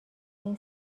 این